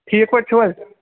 ٹھیٖک پٲٹھۍ چھِو حظ